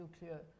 nuclear